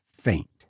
faint